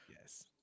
Yes